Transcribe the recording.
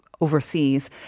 overseas